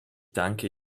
danke